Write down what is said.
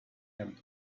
him